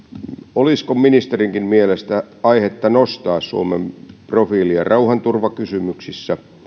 olisiko ministerinkin mielestä aihetta nostaa suomen profiilia rauhanturvakysymyksissä